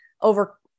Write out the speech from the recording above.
over